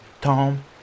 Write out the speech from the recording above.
Tom